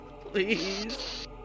please